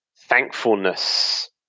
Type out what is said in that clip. thankfulness